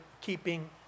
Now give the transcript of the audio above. keeping